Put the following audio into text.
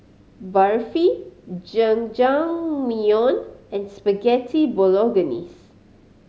Barfi Jajangmyeon and Spaghetti Bolognese